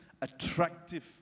attractive